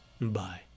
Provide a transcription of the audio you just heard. Bye